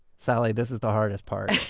sally, this is the hardest part,